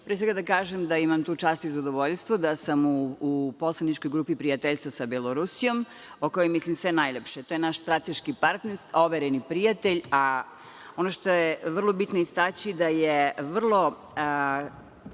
svega da kažem da imam tu čast i zadovoljstvo da sam u Poslaničkoj grupi prijateljstva sa Belorusijom, o kojoj mislim sve najlepše. To je naš strateški partner, overeni prijatelj, a ono što je vrlo bitno istaći da je vrlo